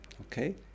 Okay